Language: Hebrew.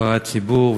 נבחרי הציבור,